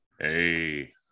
Hey